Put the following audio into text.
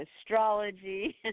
astrology